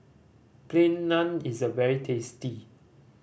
Plain Naan is very tasty